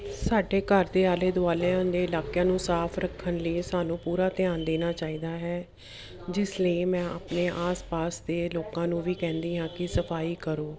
ਸਾਡੇ ਘਰ ਦੇ ਆਲੇ ਦੁਆਲਿਆਂ ਦੇ ਇਲਾਕਿਆਂ ਨੂੰ ਸਾਫ ਰੱਖਣ ਲਈ ਸਾਨੂੰ ਪੂਰਾ ਧਿਆਨ ਦੇਣਾ ਚਾਹੀਦਾ ਹੈ ਜਿਸ ਲਈ ਮੈਂ ਆਪਣੇ ਆਸ ਪਾਸ ਦੇ ਲੋਕਾਂ ਨੂੰ ਵੀ ਕਹਿੰਦੀ ਹਾਂ ਕਿ ਸਫਾਈ ਕਰੋ